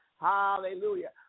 Hallelujah